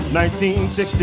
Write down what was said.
1960